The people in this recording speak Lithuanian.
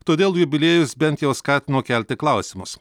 todėl jubiliejus bent jau skatino kelti klausimus